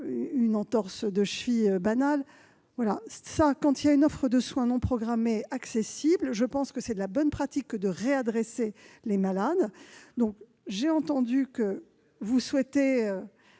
d'une entorse de cheville banale ! Quand il existe une offre de soins non programmés accessibles, il me paraît de bonne pratique de réadresser les malades. J'ai entendu que vous souhaitiez